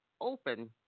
open